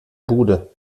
bude